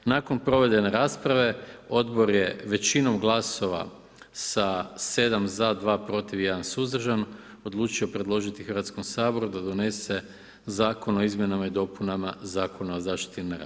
Nakon provedene rasprave Odbor je većinom glasova, sa 7 za, 2 protiv i 1 suzdržan odlučio predložiti Hrvatskom saboru da donese Zakon o izmjenama i dopunama Zakona o zaštiti na radu.